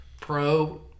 pro